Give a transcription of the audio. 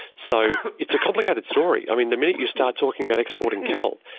so it's a complicated story. i mean the minute you start talking about exporting cattle,